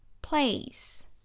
Place